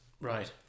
right